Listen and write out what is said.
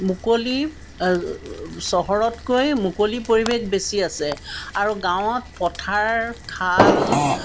মুকলি চহৰতকৈ মুকলি পৰিৱেশ বেছি আছে আৰু গাঁৱত পথাৰ খাল